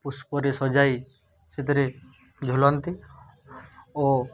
ପୁଷ୍ପରେ ସଜାଇ ସେଥିରେ ଝୁଲନ୍ତି ଓ